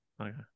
Okay